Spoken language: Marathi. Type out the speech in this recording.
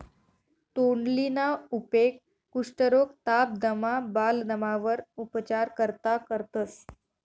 तोंडलीना उपेग कुष्ठरोग, ताप, दमा, बालदमावर उपचार करता करतंस